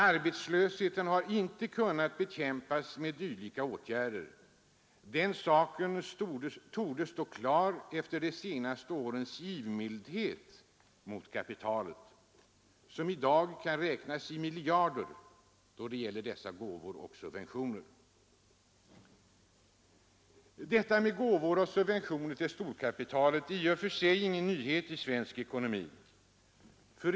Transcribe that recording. Arbetslösheten har inte kunnat bekämpas med dylika åtgärder — den saken torde stå klar efter de senaste årens givmildhet mot kapitalet; i dag kan dessa gåvor och subventioner räknas i miljarder, Gåvor och subventioner till storkapitalet är i och för sig ingen nyhet i svensk ekonomisk politik.